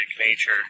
nature